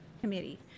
committee